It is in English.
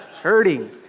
Hurting